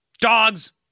Dogs